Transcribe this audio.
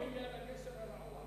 מתקנים ליד הגשר הרעוע.